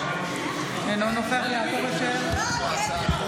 אינו נוכח יעקב אשר,